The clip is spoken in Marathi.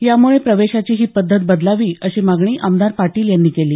याम्र्ळे प्रवेशाची ही पद्धत बदलावी अशी मागणी आमदार पाटील यांनी केली